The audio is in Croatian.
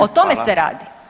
O tome se radi.